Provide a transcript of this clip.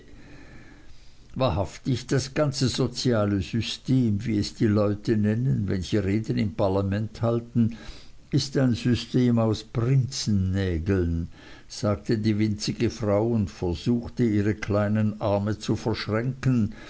wahrhaftig das ganze soziale system wie es die leute nennen wenn sie reden im parlament halten ist ein system aus prinzennägeln sagte die winzige frau und versuchte ihre kleinen arme zu verschränken